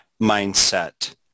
mindset